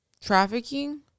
trafficking